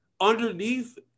underneath